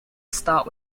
start